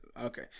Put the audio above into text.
Okay